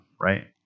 right